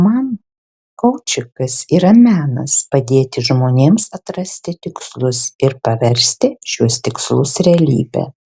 man koučingas yra menas padėti žmonėms atrasti tikslus ir paversti šiuos tikslus realybe